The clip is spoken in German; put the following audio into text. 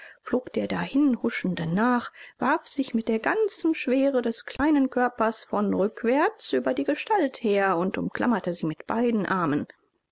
flog der dahinhuschenden nach warf sich mit der ganzen schwere des kleinen körpers von rückwärts über die gestalt her und umklammerte sie mit beiden armen